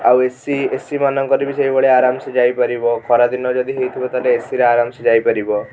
ଆଉ AC AC ମାନଙ୍କରେ ବି ସେହିଭଳିଆ ଆରାମ ସେ ଯାଇପାରିବ ଓ ଖରାଦିନ ଯଦି ହେଇଥିବ ତାହେଲେ ଏସିରେ ଆରାମ ସେ ଯାଇପାରିବ